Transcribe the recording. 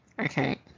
okay